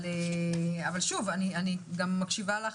אני מקשיבה לך,